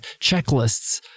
checklists